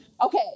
Okay